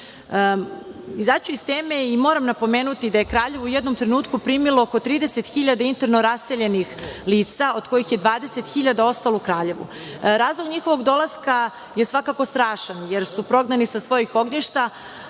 ću iz teme, moram pomenuti da je Kraljevo u jednom trenutku primilo oko 30.000 interno raseljenih lica, od kojih je 20.000 ostalo u Kraljevu. Razlog njihovog dolaska je svakako strašan, jer su prognani sa svojih ognjišta,